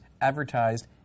advertised